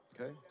okay